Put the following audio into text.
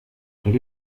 quel